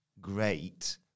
great